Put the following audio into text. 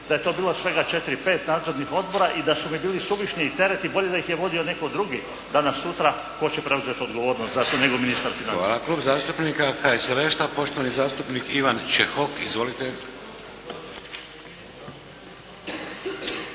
da je to bilo svega četiri, pet nadzornih odbora i da su mi bili suvišni tereti, bolje da ih je vodio netko drugi danas sutra tko će preuzeti odgovornost za to nego ministar financija.